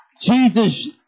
Jesus